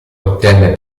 ottenne